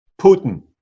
Putin